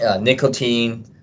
nicotine